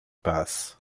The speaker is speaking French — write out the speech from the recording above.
passes